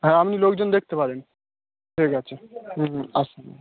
হ্যাঁ আপনি লোকজন দেখতে পারেন ঠিক আছে হুম আসুন